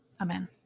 Amen